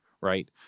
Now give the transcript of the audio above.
right